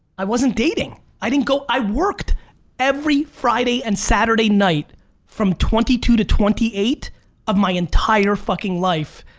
i wasn't dating i didn't go. i worked every friday and saturday night from twenty two to twenty eight of my entire fucking life,